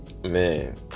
man